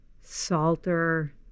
Salter